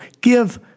Give